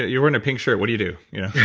you're wearing a pink shirt, what do you do?